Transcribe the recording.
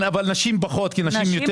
אבל הן יותר עובדות.